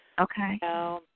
Okay